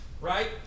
Right